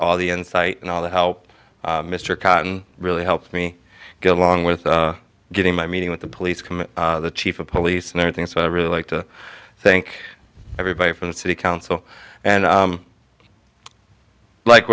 all the insight and all the help mr cotton really helped me get along with getting my meeting with the police come the chief of police and everything so i really like to thank everybody from the city council and like